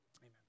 amen